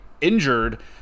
injured